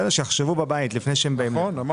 שיחשבו בבית לפני שהם באים לכאן.